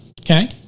Okay